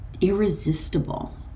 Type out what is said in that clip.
irresistible